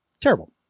Terrible